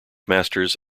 masters